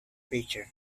preacher